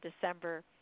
December